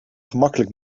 gemakkelijk